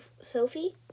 Sophie